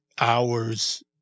hours